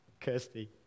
Kirsty